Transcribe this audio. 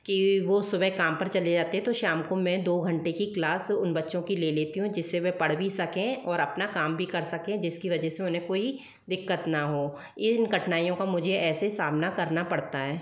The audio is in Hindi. कि वह सुबह काम पर चले जाते हैं तो शाम को मैं दो घंटे कि क्लास उन बच्चों कि ले लेती हूँ जिससे वे पढ़ भी सकें और अपना काम भी कर सकें जिसकी वजह से उन्हे कोई दिक्कत न हो इन कठिनाइयों का मुझे ऐसे सामना करना पड़ता है